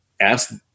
ask